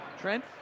Trent